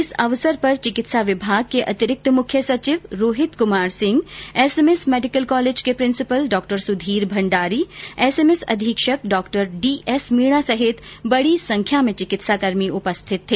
इस अवसर पर चिकित्सा विभाग के अतिरिक्त मुख्य सचिव Rohit Kumar Singh SMS medical college के principal doctor Sudhir Bhandari SMS अधीक्षक डॉ डीएस मीणा सहित बडी संख्या में चिकित्साकर्मी उपस्थित थे